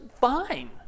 fine